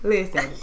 Listen